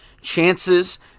chances